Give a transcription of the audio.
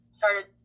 started –